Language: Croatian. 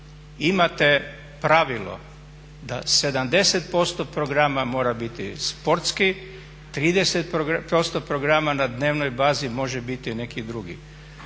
imate pravilo da 70% programa mora biti sportski, 30% programa na dnevnoj bazi može biti neki drugi.